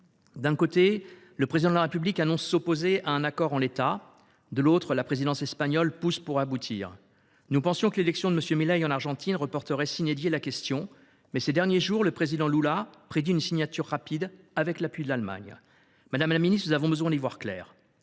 D’un côté, le Président de la République annonce s’opposer à un accord en l’état ; de l’autre, la présidence espagnole pousse pour aboutir. Nous pensions que l’élection de M. Milei en Argentine reporterait la question, mais, ces derniers jours, le président Lula prédit une signature rapide, avec l’appui de l’Allemagne. Madame la secrétaire d’État, nous avons besoin d’y voir clair